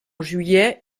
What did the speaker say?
juillet